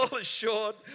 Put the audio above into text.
assured